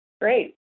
Great